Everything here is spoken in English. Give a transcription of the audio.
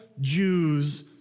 Jews